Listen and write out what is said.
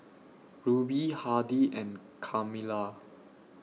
Ruby Hardy and Carmela